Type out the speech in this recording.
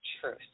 truth